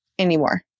anymore